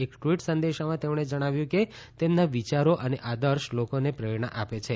એક ટવીટ સંદેશામાં તેમણે જણાવ્યું કે તેમના વિચારો અને આદર્શ લોકોને પ્રેરણા આપે છે